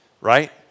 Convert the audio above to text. right